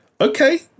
okay